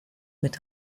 mit